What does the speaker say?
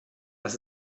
das